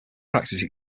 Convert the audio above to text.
practice